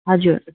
हजुर